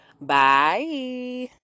Bye